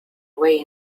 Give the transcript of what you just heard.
way